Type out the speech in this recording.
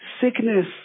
sickness